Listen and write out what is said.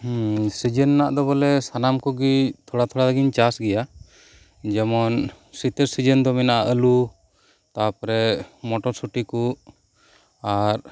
ᱥᱤᱡᱤᱱ ᱨᱮᱱᱟᱜ ᱫᱚ ᱵᱚᱞᱮ ᱥᱟᱱᱟᱢ ᱠᱚᱜᱮ ᱛᱷᱚᱲᱟ ᱛᱷᱚᱲᱟᱜᱮᱧ ᱪᱟᱥ ᱜᱮᱭᱟ ᱡᱮᱢᱚᱱ ᱥᱤᱛᱟᱹᱨ ᱥᱤᱡᱮᱱ ᱟᱹᱞᱩ ᱛᱟᱨᱯᱚᱨᱮ ᱢᱚᱴᱚᱨ ᱥᱩᱴᱤ ᱠᱚ ᱟᱨ